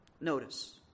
Notice